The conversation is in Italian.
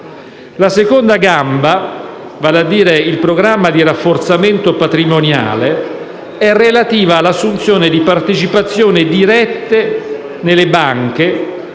La seconda gamba, vale a dire il programma di rafforzamento patrimoniale, è relativa all'assunzione di partecipazioni dirette nelle banche